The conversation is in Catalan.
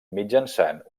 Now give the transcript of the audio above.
mitjançant